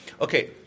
okay